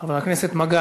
חבר הכנסת מגל,